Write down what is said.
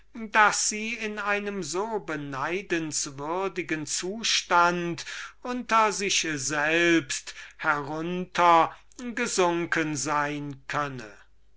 daß sie in einem so beneidenswürdigen zustand unter sich selbst heruntergesunken sein könne